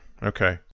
Okay